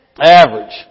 average